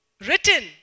written